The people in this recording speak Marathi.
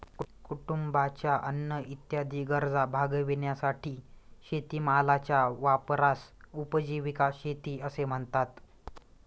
कुटुंबाच्या अन्न इत्यादी गरजा भागविण्यासाठी शेतीमालाच्या वापरास उपजीविका शेती असे म्हणतात